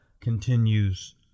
continues